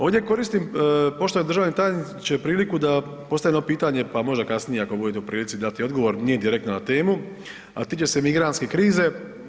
Ovdje koristim poštovani državni tajniče priliku da postavim jedno pitanje, pa možda kasnije ako budete u prilici dati odgovor, nije direktno na temu, al tiče se migrantske krize.